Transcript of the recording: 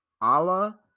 Allah